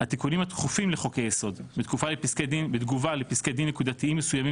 התיקונים התכופים לחוק היסוד בתגובה לפסקי דין נקודתיים מסוימים